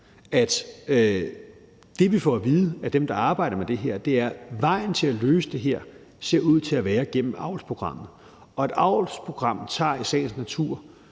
at det, vi får at vide af dem, der arbejder med det her, er, at vejen til at løse det her ser ud til at være gennem avlsprogrammet. Og et avlsprogram tager i sagens natur